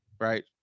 Right